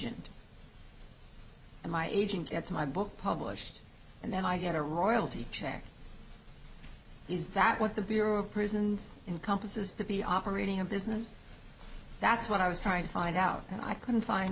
and my agent gets my book published and then i get a royalty check is that what the bureau of prisons in compass is to be operating a business that's what i was trying to find out and i couldn't find